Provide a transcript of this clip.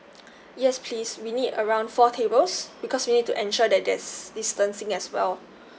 yes please we need around four tables because we need to ensure that there's distancing as well